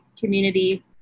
community